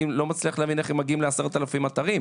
אני לא מצליח להבין איך הם מגיעים ל-10000 אתרים.